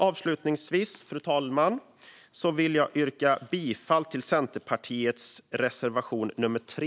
Avslutningsvis vill jag yrka bifall till Centerpartiets reservation nummer 3.